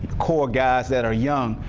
core guys that are young,